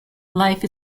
life